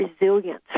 resilience